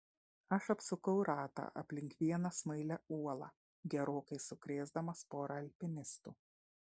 aš apsukau ratą aplink vieną smailią uolą gerokai sukrėsdamas porą alpinistų